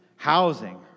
housing